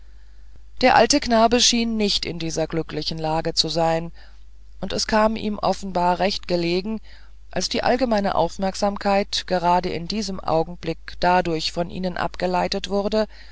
der alte knabe schien nicht in dieser glücklichen lage zu sein und es kam ihm offenbar recht gelegen als die allgemeine aufmerksamkeit gerade in diesem augenblick dadurch von ihnen abgeleitet wurde